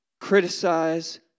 criticize